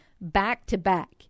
back-to-back